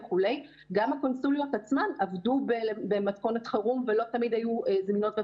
גם הקונסוליות עצמן עבדו במתכונת חירום ולא תמיד היו זמינות.